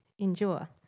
endure